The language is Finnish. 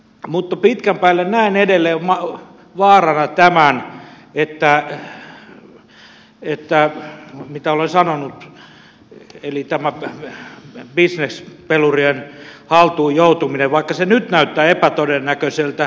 mutta pitkän päälle näen edelleen vaarana tämän mitä olen sanonut eli tämän bisnespelurien haltuun joutumisen vaikka se nyt näyttää epätodennäköiseltä